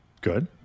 good